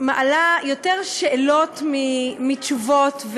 מעלה יותר שאלות מתשובות.